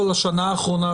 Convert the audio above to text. לשנה האחרונה,